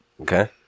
Okay